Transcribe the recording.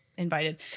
invited